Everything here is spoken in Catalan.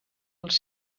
els